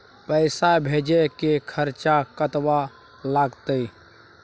पैसा भेजय के चार्ज कतबा लागते?